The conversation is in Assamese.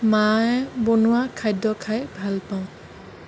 মায়ে বনোৱা খাদ্য খাই ভাল পাওঁ